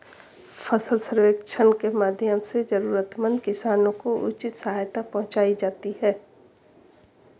फसल सर्वेक्षण के माध्यम से जरूरतमंद किसानों को उचित सहायता पहुंचायी जाती है